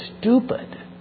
stupid